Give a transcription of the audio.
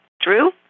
Drew